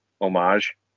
homage